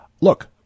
Look